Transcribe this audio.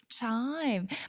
Time